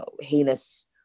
heinous